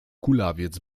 kulawiec